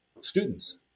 students